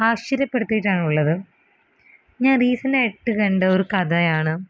ആശ്ചര്യപ്പെടുത്തീട്ടാണുള്ളത് ഞാൻ റീസെൻടായിട്ട് കണ്ടൊരു കഥയാണ്